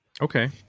Okay